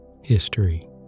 History